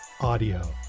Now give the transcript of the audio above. audio